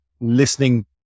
listening